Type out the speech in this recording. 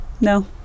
No